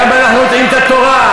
גם אנחנו יודעים את התורה,